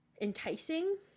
enticing